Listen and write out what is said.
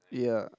yeah